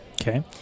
Okay